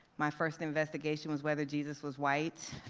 my first investigation was whether jesus was white.